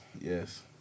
Yes